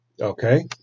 Okay